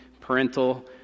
parental